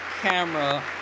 camera